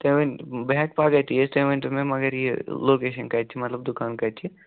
تُہۍ ؤنۍ بہٕ ہیٚکہٕ پَگاہ تہِ یِتھ تُہۍ ؤنۍتَو مےٚ مگر یہِ لوکیشَن کَتہِ چھِ مطلب دُکان کَتہِ چھِ